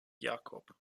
jakob